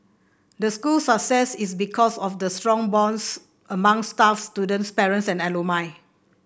the school's success is because of the strong bonds among staff students parents and alumni